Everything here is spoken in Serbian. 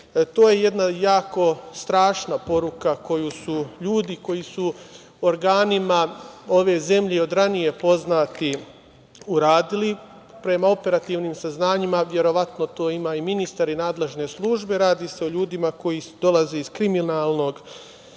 To je jedna strašna poruka koju ljudi koji su organima ove zemlje od ranije poznati uradili. Prema operativnim saznanjima, verovatno to ima i ministar i nadležne službe, radi se o ljudima koji dolaze iz kriminalnog